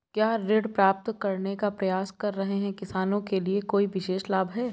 क्या ऋण प्राप्त करने का प्रयास कर रहे किसानों के लिए कोई विशेष लाभ हैं?